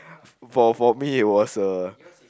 for for me was a